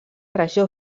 regió